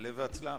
עלה והצלח.